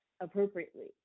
appropriately